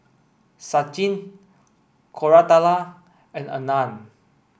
Sachin Koratala and Anand